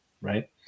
right